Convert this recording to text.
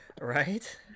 right